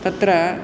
तत्र